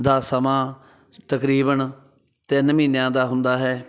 ਦਾ ਸਮਾਂ ਤਕਰੀਬਨ ਤਿੰਨ ਮਹੀਨਿਆਂ ਦਾ ਹੁੰਦਾ ਹੈ